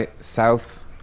South